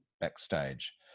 backstage